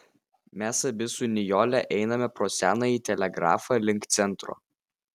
mes abi su nijole einame pro senąjį telegrafą link centro